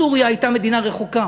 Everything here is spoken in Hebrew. סוריה הייתה מדינה רחוקה.